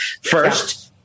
first